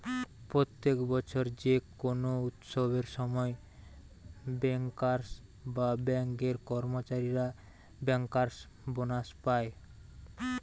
প্রত্যেক বছর যে কোনো উৎসবের সময় বেঙ্কার্স বা বেঙ্ক এর কর্মচারীরা বেঙ্কার্স বোনাস পায়